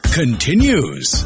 continues